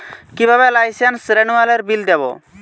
কিভাবে লাইসেন্স রেনুয়ালের বিল দেবো?